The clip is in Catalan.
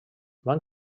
van